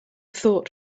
thought